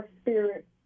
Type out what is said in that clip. spirit